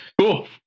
Cool